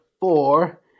four